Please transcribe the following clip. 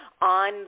on